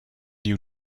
you